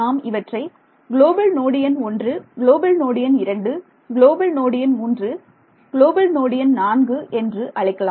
நாம் இவற்றை global node எண் 1 குளோபல் நோடு எண் 2 குளோபல் நோடு எண் 3 குளோபல் நோடு எண் 4 என்று அழைக்கலாம்